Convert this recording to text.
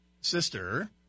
sister